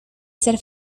ser